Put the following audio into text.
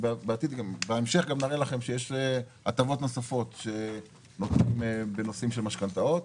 בהמשך גם נראה לכם שיש הטבות נוספות שנותנים בנושאים של משכנתאות.